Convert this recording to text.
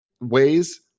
ways